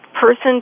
person